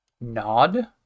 Nod